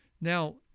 Now